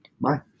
Bye